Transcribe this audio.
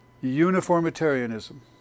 uniformitarianism